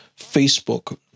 Facebook